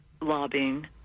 lobbying